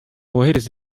wohereza